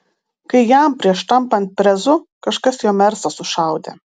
kai jam prieš tampant prezu kažkas jo mersą sušaudė